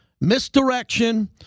Misdirection